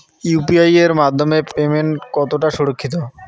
UPI এর মাধ্যমে payment কতটা সুরক্ষিত?